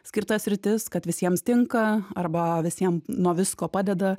skirta sritis kad visiems tinka arba visiem nuo visko padeda